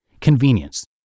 Convenience